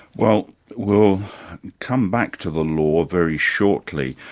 well we'll come back to the law very shortly.